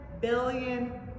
billion